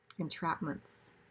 entrapments